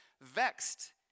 Vexed